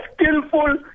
skillful